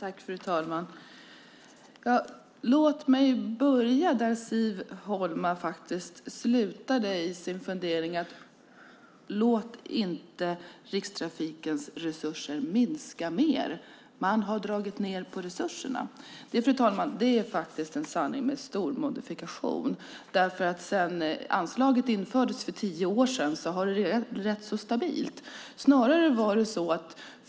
Fru talman! Låt mig börja där Siv Holma slutade. Hon sade: Låt inte Rikstrafikens resurser minska mer! Hon menade att man hade dragit ned på resurserna. Detta är faktiskt en sanning med stor modifikation. Sedan anslaget infördes för tio år sedan har det legat rätt stabilt.